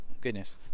goodness